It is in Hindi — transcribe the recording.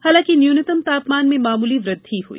हालांकि न्यूनतम तापमान में मामूली वद्वि हई